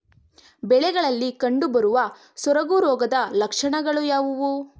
ಬೆಳೆಗಳಲ್ಲಿ ಕಂಡುಬರುವ ಸೊರಗು ರೋಗದ ಲಕ್ಷಣಗಳು ಯಾವುವು?